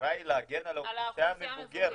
שהמטרה היא להגן על האוכלוסייה המבוגרת.